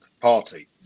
party